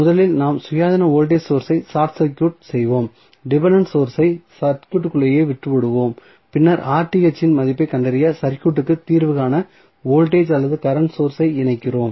முதலில் நாம் சுயாதீன வோல்டேஜ் சோர்ஸ் ஐ ஷார்ட் சர்க்யூட் செய்வோம் டிபென்டென்ட் சோர்ஸ் ஐ சர்க்யூட்க்குள்ளேயே விட்டுவிடுவோம் பின்னர் இன் மதிப்பைக் கண்டறிய சர்க்யூட்க்கு தீர்வு காண வோல்டேஜ் அல்லது கரண்ட் சோர்ஸ் ஐ இணைக்கிறோம்